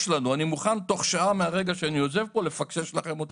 יש לנו הסכם - אני מוכן לפקסס לכם אותו